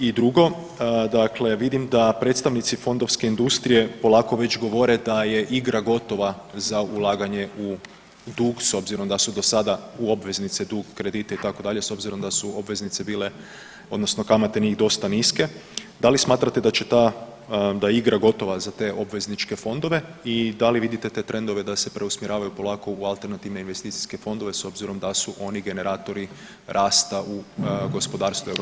I drugo, dakle vidim da predstavnici fondovske industrije polako već govore da je igra gotova za ulaganje u dug s obzirom da su do sada u obveznice, dug, kredite, itd., s obzirom da su obveznice bile, odnosno kamate njih, dosta niske, da li smatrate da će ta, da je igra gotova za te obvezničke fondove i da li vidite te trendove da se preusmjeravaju polako u alternativne investicijske fondove, s obzirom da su oni generatori rasta u gospodarstvu EU?